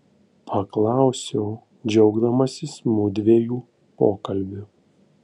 paklausiau džiaugdamasis mudviejų pokalbiu